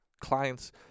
clients